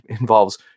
involves